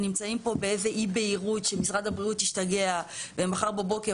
נמצאים פה באיזה אי בהירות שמשרד הבריאות ישתגע ומחר בבוקר